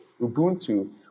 Ubuntu